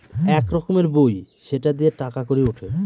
এক রকমের বই সেটা দিয়ে টাকা কড়ি উঠে